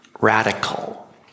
radical